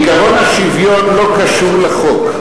עקרון השוויון לא קשור לחוק,